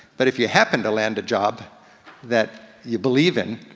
but if you happen to land a job that you believe in,